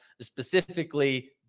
specifically